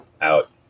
out